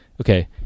Okay